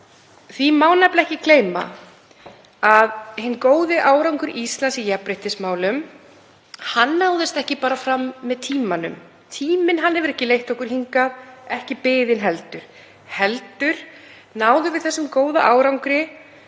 Því má nefnilega ekki gleyma að hinn góði árangur Íslands í jafnréttismálum náðist ekki bara fram með tímanum. Tíminn hefur ekki leitt okkur hingað, ekki biðin heldur, við náðum þeim góða árangri